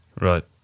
Right